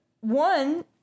One